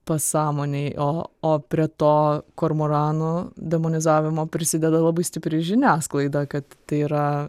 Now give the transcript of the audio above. pasąmonėj o o prie to kormoranų demonizavimo prisideda labai stipriai žiniasklaida kad tai yra